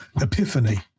epiphany